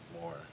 more